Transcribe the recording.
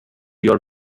your